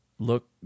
look